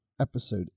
episode